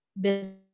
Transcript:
Business